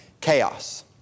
chaos